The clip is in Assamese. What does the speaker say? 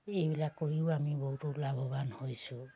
এইবিলাক কৰিও আমি বহুতো লাভৱান হৈছোঁ